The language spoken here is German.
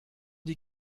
die